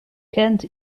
kent